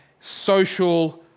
social